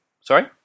Sorry